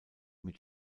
mit